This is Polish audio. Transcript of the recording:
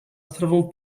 sprawą